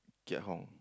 get home